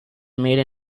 made